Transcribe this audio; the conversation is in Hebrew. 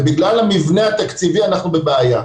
ובגלל המבנה התקציבי אנחנו בבעיה.